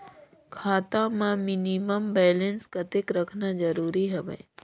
खाता मां minimum balance कतेक रखना जरूरी हवय?